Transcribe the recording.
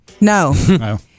No